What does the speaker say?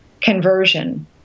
conversion